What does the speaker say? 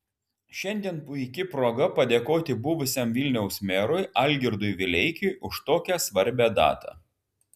šiandien puiki proga padėkoti buvusiam vilniaus merui algirdui vileikiui už tokią svarbią datą